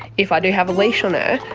if i do have a leash on ah